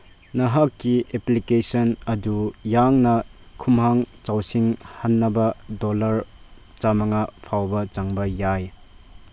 ꯅꯍꯥꯛꯀꯤ ꯑꯦꯄ꯭ꯂꯤꯀꯦꯁꯟ ꯑꯗꯨ ꯌꯥꯡꯅ ꯈꯨꯃꯥꯡ ꯆꯥꯎꯁꯤꯟꯍꯟꯅꯕ ꯗꯣꯂꯔ ꯆꯝꯃꯉꯥ ꯐꯥꯎꯕ ꯆꯪꯕ ꯌꯥꯏ